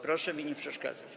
Proszę mi nie przeszkadzać.